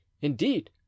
indeed